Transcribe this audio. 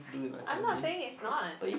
I'm not saying is not